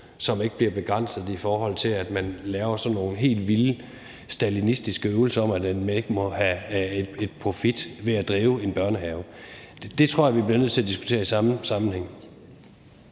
som ikke bliver begrænset i forhold til at lave sådan nogle helt vilde stalinistiske øvelser, hvor man ikke må have en profit ved at drive en børnehave? Det tror jeg vi bliver nødt til at diskutere i samme sammenhæng.